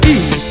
East